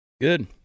Good